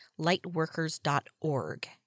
lightworkers.org